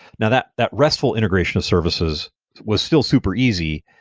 now that that restful integration of services was still super easy,